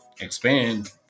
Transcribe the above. expand